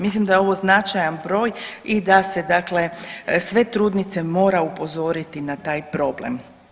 Mislim da je ovo značajan broj i da se dakle sve trudnice mora upozoriti na taj problem.